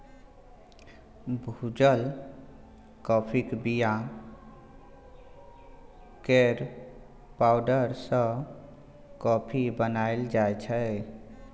भुजल काँफीक बीया केर पाउडर सँ कॉफी बनाएल जाइ छै